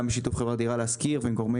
גם בשיתוף חברת דירה להשכיר ועם גורמי